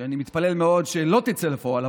אני מתפלל מאוד שהיא לא תצא לפועל,